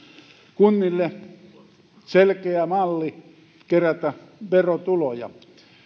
kunnille selkeä malli kerätä verotuloja